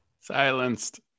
Silenced